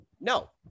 no